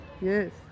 Yes